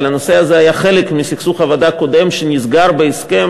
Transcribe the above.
אבל הנושא הזה היה חלק מסכסוך עבודה קודם שנסגר בהסכם.